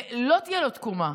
ולא תהיה לו תקומה,